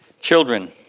Children